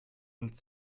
und